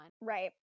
Right